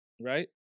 right